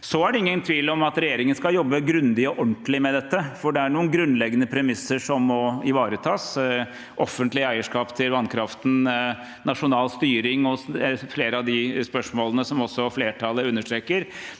Det er ingen tvil om at regjeringen skal jobbe grundig og ordentlig med dette, for det er noen grunnleggende premisser som må ivaretas, slik som offentlig eierskap til vannkraften og nasjonal styring i flere av de spørsmålene som også flertallet understreker.